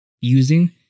using